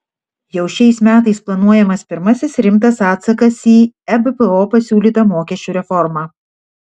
jau šiais metais planuojamas pirmas rimtas atsakas į ebpo pasiūlytą mokesčių reformą